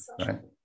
right